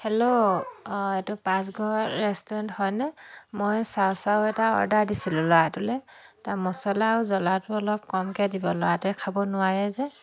hello এইটো পাকঘৰ restaurant হয়নে মই চাউ চাউ এটা অৰ্ডাৰ দিছিলোঁ ল'ৰাটোলৈ তা মচলা আৰু জলাটো অলপ কমকৈ দিব ল'ৰাটোৱে খাব নোৱাৰে যে